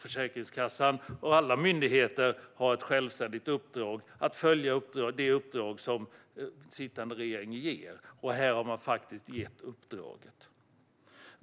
Försäkringskassan och alla myndigheter har ett självständigt uppdrag att följa det uppdrag som sittande regering ger, och här har regeringen gett detta uppdrag.